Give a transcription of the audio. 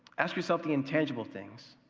ask yourself the intangible things.